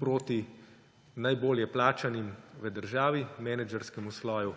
proti najbolje plačanim v državi, menedžerskemu sloju.